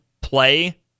play